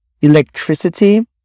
electricity